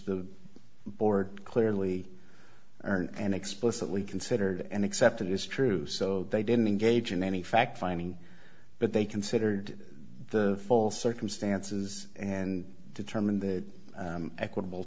the board clearly earned explicitly considered and accepted as true so they didn't engage in any fact finding but they considered the full circumstances and determined that equitable